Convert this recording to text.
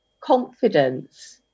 confidence –